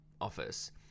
office